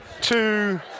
two